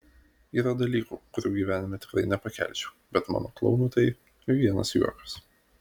yra dalykų kurių gyvenime tikrai nepakelčiau bet mano klounui tai vienas juokas